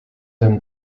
them